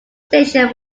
station